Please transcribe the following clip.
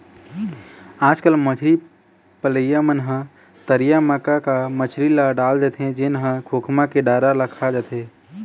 आजकल मछरी पलइया मन ह तरिया म का का मछरी ल डाल देथे जेन ह खोखमा के डारा ल खा जाथे